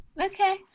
okay